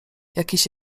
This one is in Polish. jakiś